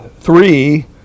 Three